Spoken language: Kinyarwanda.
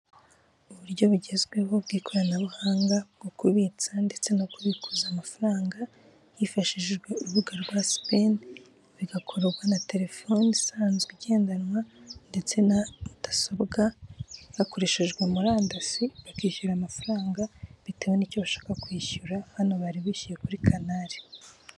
Uburyo bugezweho bw'ikoranabuhanga bwo kubitsa ndetse no kubikuza amafaranga hifashishijwe urubuga rwa sipeni, bigakorwa na telefone isanzwe igendanwa ndetse na mudasobwa, hakoreshejwe murandasi bakishyura amafaranga bitewe n'icyo bashaka kwishyura, hano bari bishyuye kuri kanari.